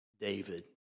David